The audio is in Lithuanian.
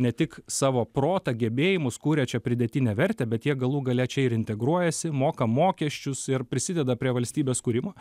ne tik savo protą gebėjimus kuria čia pridėtinę vertę bet jie galų gale čia ir integruojasi moka mokesčius ir prisideda prie valstybės kūrimo